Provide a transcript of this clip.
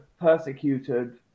persecuted